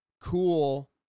cool